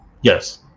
Yes